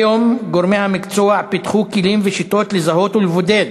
כיום גורמי המקצוע פיתחו כלים ושיטות לזהות ולבודד